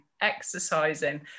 exercising